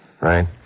right